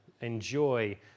enjoy